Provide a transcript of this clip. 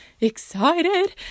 excited